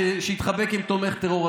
שהתחבק עם תומך טרור,